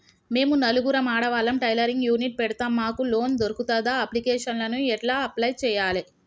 మేము నలుగురం ఆడవాళ్ళం టైలరింగ్ యూనిట్ పెడతం మాకు లోన్ దొర్కుతదా? అప్లికేషన్లను ఎట్ల అప్లయ్ చేయాలే?